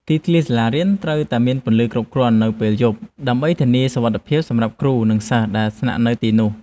ទីធ្លាសាលារៀនត្រូវតែមានពន្លឺគ្រប់គ្រាន់នៅពេលយប់ ដើម្បីធានាសុវត្ថិភាពសម្រាប់គ្រូនិងសិស្សដែលស្នាក់នៅទីនោះ។